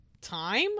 Time